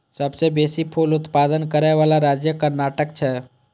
सबसं बेसी फूल उत्पादन करै बला राज्य कर्नाटक छै